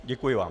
Děkuji vám.